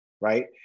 right